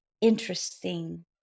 interesting